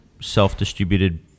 self-distributed